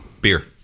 Beer